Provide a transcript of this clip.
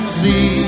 see